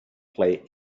play